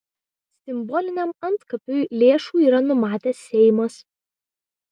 simboliniam antkapiui lėšų yra numatęs seimas